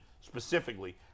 specifically